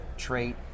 trait